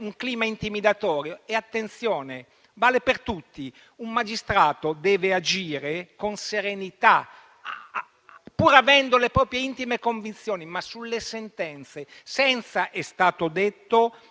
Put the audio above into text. un clima intimidatorio e - attenzione - questo vale per tutti. Un magistrato deve agire con serenità, pur avendo le proprie intime convinzioni. Ma sulle sentenze, senza - è stato detto